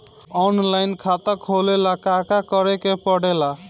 Online खाता खोले ला का का करे के पड़े ला?